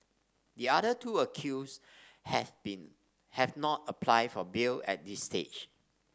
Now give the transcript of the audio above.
the other two accused have been have not applied for bail at this stage